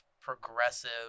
progressive